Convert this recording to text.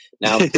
now